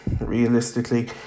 realistically